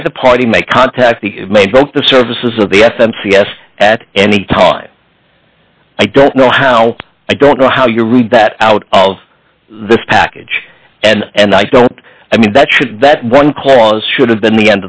i the party may contact the main vote the services of the f m c s at any time i don't know how i don't know how you read that out of this package and i don't i mean that should that one cause should have been the